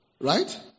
Right